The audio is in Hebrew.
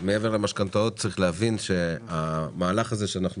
אבל מעבר למשכנתאות צריך להבין שהמהלך הזה שאנחנו